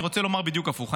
אני רוצה לומר בדיוק הפוך.